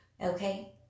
okay